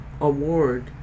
award